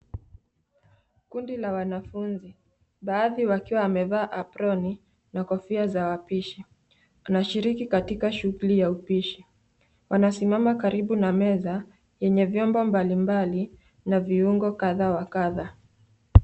Kundi la wanafunzi, baadhi wakiwa wamevaa aproni na kofia za wapishi wanashiriki katika shughuli ya upishi. Wanasimama karibu na meza yenye vyombo mbalimblai na viungo kadha wa kadha.